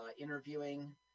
interviewing